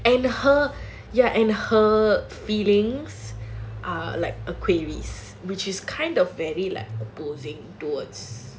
and her ya and her feelings are like aquarius which is kind of like very opposing towards